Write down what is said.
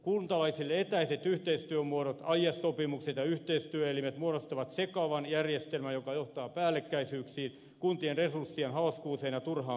kuntalaisille etäiset yhteistyömuodot aiesopimukset ja yhteistyöelimet muodostavat sekavan järjestelmän joka johtaa päällekkäisyyksiin kuntien resurssien haaskuuseen ja turhaan byrokratiaan